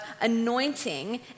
anointing